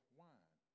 wine